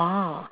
orh